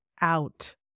out